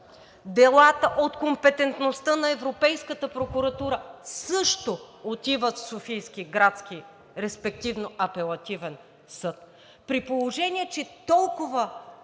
делата от компетентността на Европейската прокуратура също отиват в Софийския градски, респективно в Апелативния съд. При положение че толкова